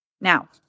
Now